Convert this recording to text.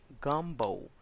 gumbo